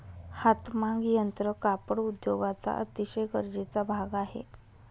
हातमाग यंत्र कापड उद्योगाचा अतिशय गरजेचा भाग आहे